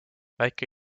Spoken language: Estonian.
väike